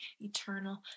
eternal